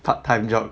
part time job